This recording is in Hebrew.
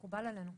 מקובל עלינו.